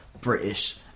British